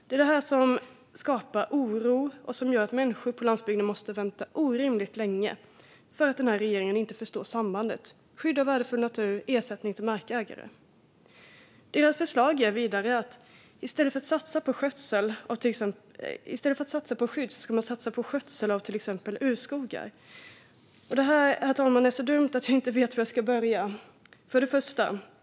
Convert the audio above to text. Det här skapar oro, och det gör att människor på landsbygden måste vänta orimligt länge bara för att regeringen inte förstår sambandet mellan skydd av värdefull natur och ersättning till markägare. Regeringens förslag är vidare att man ska satsa på skötsel av till exempel urskogar i stället för att satsa på skydd. Det är så dumt att jag inte vet var jag ska börja, herr talman.